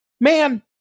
man